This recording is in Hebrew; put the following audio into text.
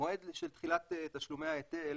המועד של תחילת תשלומי היטל